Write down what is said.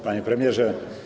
Panie Premierze!